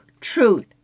truth